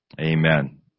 Amen